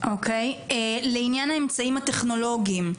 לענין האמצעים הטכנולוגיים,